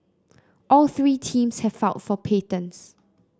all three teams have filed for patents